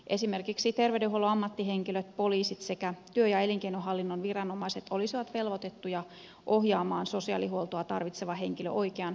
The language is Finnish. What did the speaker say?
esimerkiksi terveydenhuollon ammattihenkilöt poliisit sekä työ ja elinkeinohallinnon viranomaiset olisivat velvoitettuja ohjaamaan sosiaalihuoltoa tarvitsevan henkilön oikean viranomaisen puoleen